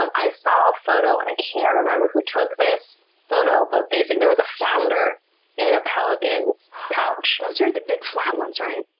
i saw a photo, and i can't remember who took this photo, but there was a flounder in a pelican's pouch. those are the big flat ones, right?